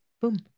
boom